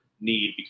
need